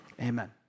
Amen